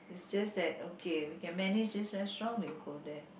is just that okay if we can manage this restaurant we go there